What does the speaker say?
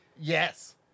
Yes